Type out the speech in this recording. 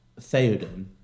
Theoden